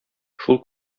шул